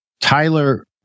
Tyler